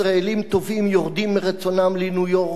מרצונם לניו-יורק או לעמק הסיליקון",